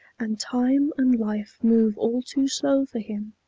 and time and life move all too slow for him.